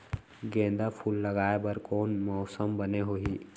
गेंदा फूल लगाए बर कोन मौसम बने होही?